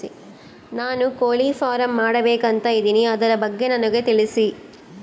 ನಾನು ಕೋಳಿ ಫಾರಂ ಮಾಡಬೇಕು ಅಂತ ಇದಿನಿ ಅದರ ಬಗ್ಗೆ ನನಗೆ ತಿಳಿಸಿ?